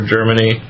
Germany